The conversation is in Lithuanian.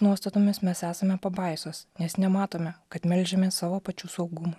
nuostatomis mes esame pabaisos nes nematome kad meldžiamės savo pačių saugumui